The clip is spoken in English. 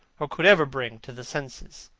or could ever bring, to the senses.